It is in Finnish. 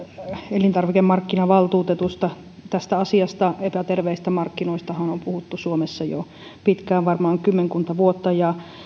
elintarvikemarkkinavaltuutetusta tästä asiastahan epäterveistä markkinoista on puhuttu suomessa jo pitkään varmaan kymmenkunta vuotta ja